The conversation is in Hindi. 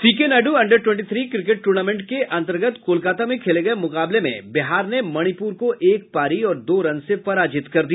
C K Naidu under twenty three cricket tournament के अन्तर्गत कोलकाता में खेले गये मुकाबले में बिहार ने मणिपुर को एक पारी और दो रन से पराजित कर दिया